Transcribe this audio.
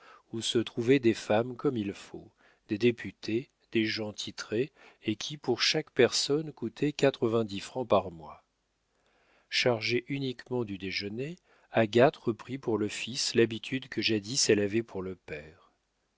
où se trouvaient des femmes comme il faut des députés des gens titrés et qui pour chaque personne coûtait quatre-vingt-dix francs par mois chargée uniquement du déjeuner agathe reprit pour le fils l'habitude que jadis elle avait pour le père